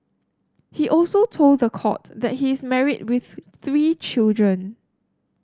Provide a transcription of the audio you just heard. he also told the court that he is married with three children